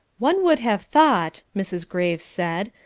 one would have thought, mrs. graves said,